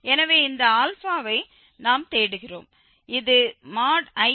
எனவே இந்த α ஐ நாம் தேடுகிறோம் இது IkIk 12